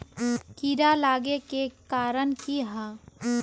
कीड़ा लागे के कारण की हाँ?